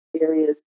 areas